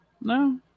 No